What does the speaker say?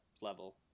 level